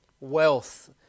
wealth